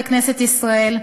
בכנסת ישראל,